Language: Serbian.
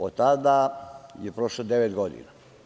Od tada je prošlo devet godina.